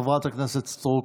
חברת הכנסת סטרוק,